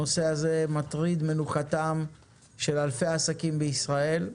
הנושא הזה מטריד מנוחתם של אלפי עסקים בישראל.